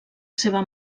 seva